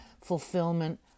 fulfillment